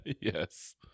Yes